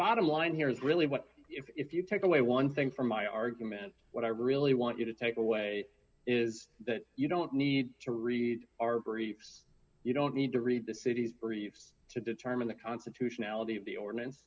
bottom line here is really what if you take away one thing from my argument what i really want you to take away is that you don't need to read our very you don't need to read the cities or use to determine the constitutionality of the ordinance